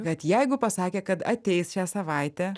kad jeigu pasakė kad ateis šią savaitę